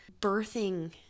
birthing